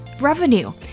revenue